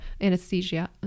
anesthesia